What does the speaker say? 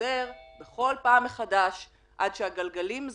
חוזר כל פעם מחדש עד שהגלגלים זזים,